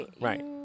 Right